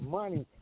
money